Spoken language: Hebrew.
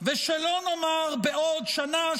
בעוד שנה,